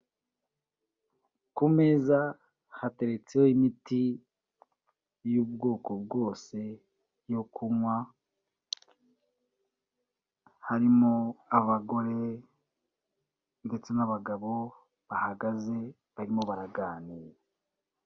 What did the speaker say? Ku meza hateretseho imiti y'ubwoko bwose yo kunywa, harimo abagore ndetse n'abagabo bahagaze barimo baraganira.